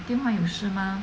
电话有事吗